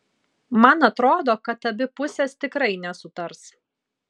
man atrodo kad abi pusės tikrai nesutars